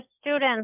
students